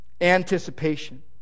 Anticipation